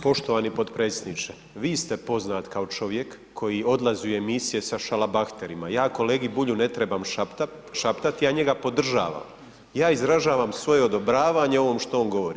Poštovani potpredsjedniče vi ste poznat kao čovjek koji odlazi u emisije sa šalabahterima, ja kolegi Bulju ne trebam šaptat ja njega podržavam, ja izražavam svoje odobravanje ovom što on govori.